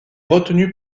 retenu